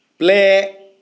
play